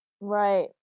Right